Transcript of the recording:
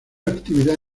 actividad